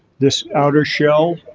this outer shell